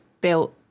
built